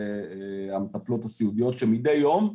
המטפלות הסיעודיות שמדי יום,